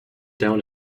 down